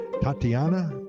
Tatiana